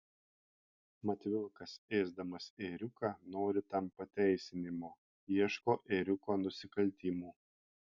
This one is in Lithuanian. mat vilkas ėsdamas ėriuką nori tam pateisinimo ieško ėriuko nusikaltimų